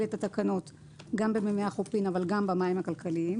את התקנות גם במימי החופים אבל גם במים הכלכליים,